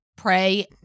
pray